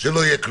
שלא יהיה כלום,